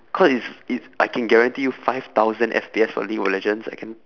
cause it's it~ I can guarantee you five thousand F_P_S on league of legends I can